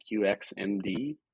qxmd